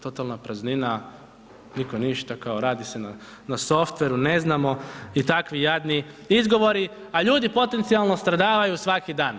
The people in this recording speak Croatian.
Totalni, totalna praznina, nitko ništa, kao radi se na softveru, ne znamo, i takvi jadni izgovori, a ljudi potencijalno stradavaju svaki dan.